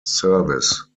service